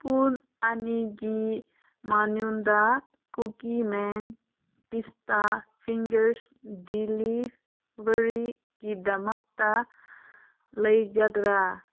ꯄꯨꯡ ꯑꯅꯤꯒꯤ ꯃꯅꯨꯡꯗ ꯀꯨꯀꯤꯁ ꯃꯦꯟ ꯄꯤꯁꯇꯥ ꯐꯤꯡꯒꯔꯁ ꯗꯤꯂꯤꯕꯔꯤꯒꯤꯗꯃꯛꯇ ꯂꯩꯒꯗ꯭ꯔꯥ